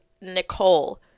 Nicole